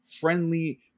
friendly